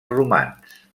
romans